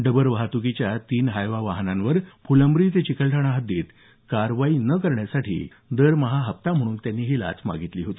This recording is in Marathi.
डब्बर वाहतुकीच्या तीन हायवा वाहनावर फुलंब्री ते चिकलठाणा हद्दीत कारवाई करण्यासाठी दरमहा हप्ता म्हणून त्यांनी ही लाच मागितली होती